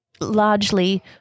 largely